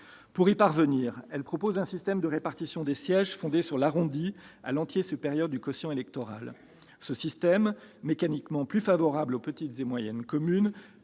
égard. À cette fin, il est proposé un système de répartition des sièges fondé sur l'arrondi à l'entier supérieur du quotient électoral. Ce système, mécaniquement plus favorable aux petites et moyennes communes,